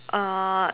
uh